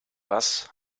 was